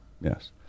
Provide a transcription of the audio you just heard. Yes